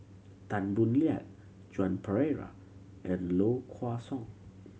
Tan Boo Liat Joan Pereira and Low Kway Song